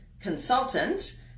consultant